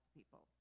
people